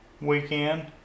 weekend